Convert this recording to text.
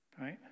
Right